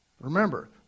Remember